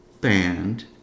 band